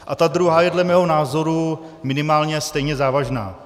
A ta druhá je dle mého názoru minimálně stejně závažná.